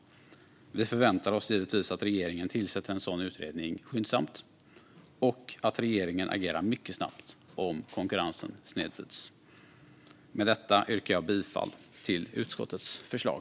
Vi förväntar oss givetvis att regeringen tillsätter en sådan utredning skyndsamt och att regeringen agerar mycket snabbt om konkurrensen snedvrids. Med detta yrkar jag bifall till utskottets förslag.